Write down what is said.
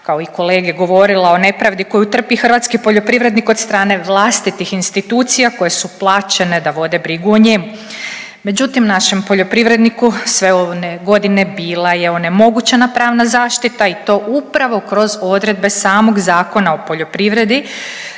kao i kolege, govorila o nepravdi koju trpi hrvatski poljoprivrednik od strane vlastitih institucija koje su plaćene da vode brigu o njemu. Međutim, našem poljoprivredniku sve one godine bila je onemogućena pravna zaštita i to upravo kroz odredbe samog Zakona o poljoprivredi